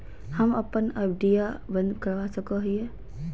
हम अप्पन एफ.डी आ बंद करवा सको हियै